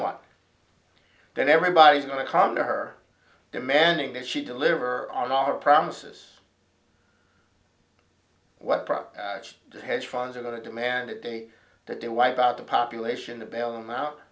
what then everybody's going to come to her demanding that she deliver on our promises what prop the hedge funds are going to demand that day that they wipe out the population to bail them out